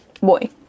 Boy